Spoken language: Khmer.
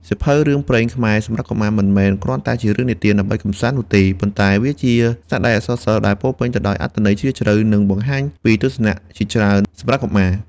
សៀវភៅរឿងព្រេងខ្មែរសម្រាប់កុមារ មិនមែនគ្រាន់តែជារឿងនិទានដើម្បីកម្សាន្តនោះទេ ប៉ុន្តែវាជាស្នាដៃអក្សរសិល្ប៍ដែលពោរពេញទៅដោយអត្ថន័យជ្រាលជ្រៅ និងបានបង្ហាញពីទស្សនៈជាច្រើនសម្រាប់កុមារ។